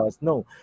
No